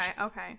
okay